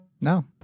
No